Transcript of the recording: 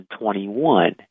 2021